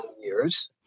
years